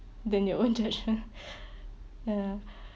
than your own judgement ya